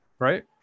Right